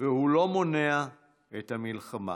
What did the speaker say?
והוא לא מונע את המלחמה.